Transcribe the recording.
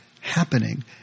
happening